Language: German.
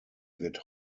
wird